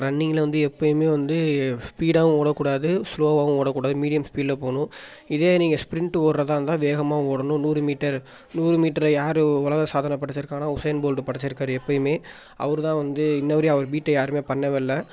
ரன்னிங்கில் வந்து எப்போயுமே வந்து ஸ்பீடாகவும் ஓடக் கூடாது ஸ்லோவாகவும் ஓடக் கூடாது மீடியம் ஸ்பீடில் போகணும் இதே நீங்கள் ஸ்ப்ரிண்ட்டு ஓடுறதா இருந்தால் வேகமாக ஓடணும் நூறு மீட்டர் நூறு மீட்ரு யார் உலக சாதனை படைச்சிருக்கானா உசேன் போல்டு படைச்சிருக்காரு எப்போயுமே அவர் தான் வந்து இன்ன வரையும் அவரை பீட் யாருமே பண்ணவேயில்ல